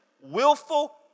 willful